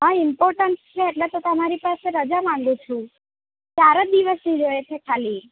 હા ઇમ્પોર્ટન્સ છે એટલે તો તમારી પાસે રજા માંગુ છું ચાર જ દિવસની જોઈએ છે ખાલી